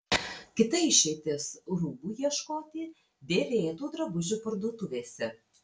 kita išeitis rūbų ieškoti dėvėtų drabužių parduotuvėse